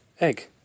egg